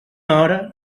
hora